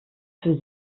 für